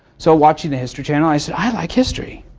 so, watching the history channel, i said, i like history.